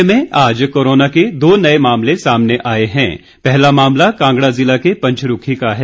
राज्य में आज कोरोना के दो नये मामले सामने आये हैं पहला मामला कांगड़ा जिला के पंचरूखी का है